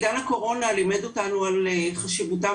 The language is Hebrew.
עידן הקורונה לימד אותנו על חשיבותם